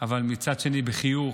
אבל מצד שני בחיוך,